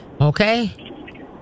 Okay